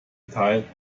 teil